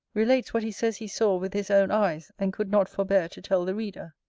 relates what he says he saw with his own eyes, and could not forbear to tell the reader.